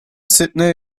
sydney